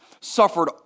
suffered